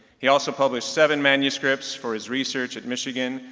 he also published seven manuscripts for his research at michigan,